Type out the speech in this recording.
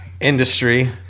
industry